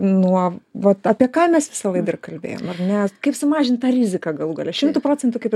nuo vot apie ką mes visą laidą ir kalbėjom nes kaip sumažint tą rizika galų gale šimtu procentų kaip